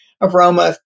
aroma